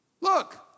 look